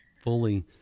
fully